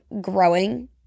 growing